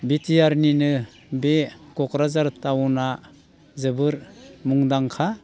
बिटिआरनिनो बे क'क्राझार टाउना जोबोर मुंदांखा